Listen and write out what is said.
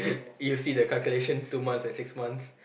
you see the calculations two months and six months